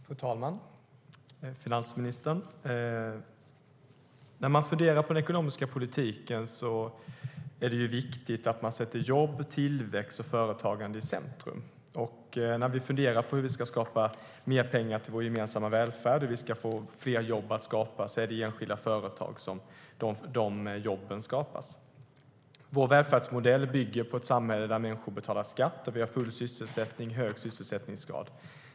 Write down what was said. Fru talman och finansministern! När man funderar över den ekonomiska politiken är det viktigt att sätta jobb, tillväxt och företagande i centrum. När vi funderar över hur vi ska få mer pengar till vår gemensamma välfärd och skapa fler jobb är det i enskilda företag som jobben skapas. Vår välfärdsmodell bygger på ett samhälle där människor betalar skatt, där det råder full sysselsättning och hög sysselsättningsgrad.